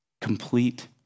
complete